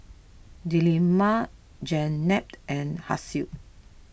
Delima Jenab and Hasif